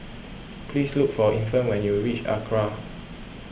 please look for Infant when you reach Acra